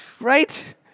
right